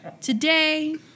today